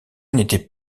n’était